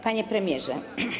Panie Premierze!